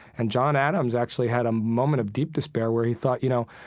and john adams actually had a moment of deep despair where he thought, you know,